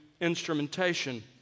instrumentation